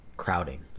crowding